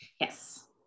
yes